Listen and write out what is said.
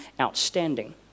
outstanding